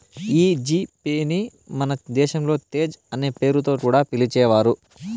ఈ GPay ని మన దేశంలో తేజ్ అనే పేరుతో కూడా పిలిచేవారు